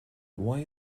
why